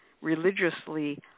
religiously